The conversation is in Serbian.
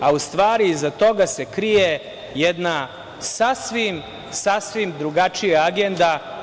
U stvari, iza toga se krije jedna sasvim, sasvim drugačija agenda.